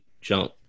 jump